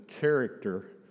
character